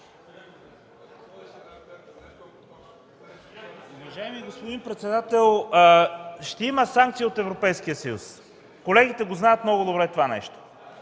Уважаеми господин председател, ще има санкция от Европейския съюз. Колегите много добре знаят това нещо.